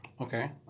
Okay